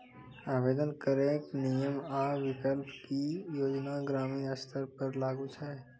आवेदन करैक नियम आ विकल्प? की ई योजना ग्रामीण स्तर पर लागू छै?